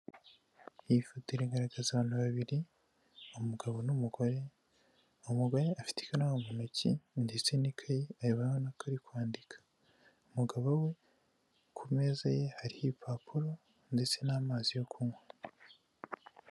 Iyi foto iragaragaza abantu babiri umugabo n'umugore umugore afite ikaramu mu ntoki ndetse n'ikayi urabona ko ari kwandika, umugabo we ku meza ye hari ibipapuro ndetse n'amazi yo kunywa.